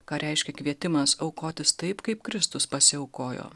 ką reiškia kvietimas aukotis taip kaip kristus pasiaukojo